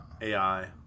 AI